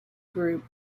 group